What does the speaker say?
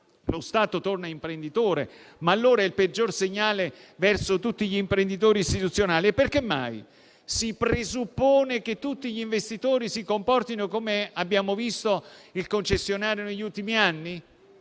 lo Stato torna imprenditore e si dice che è il peggior segnale verso tutti gli imprenditori istituzionali. E perché mai? Si presuppone che tutti gli investitori si comportino come il concessionario negli ultimi anni?